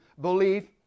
believe